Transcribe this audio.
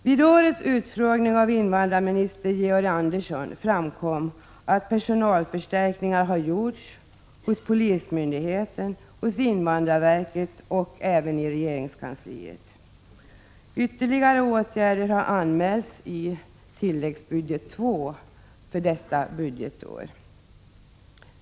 Vid årets utfrågning av invandrarminister Georg Andersson framkom att personalförstärkningar har gjorts hos polismyndigheten, hos invandrarverket och även i regeringskansliet. Ytterligare åtgärder har anmälts i tilläggsbudget II för detta budgetår.